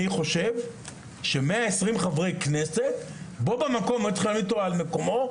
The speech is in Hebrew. אני חושב ש-120 חברי כנסת היו צריכים להעמיד אותו על מקומו.